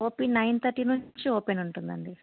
OP nine thirty నుంచి open ఉంటుందండి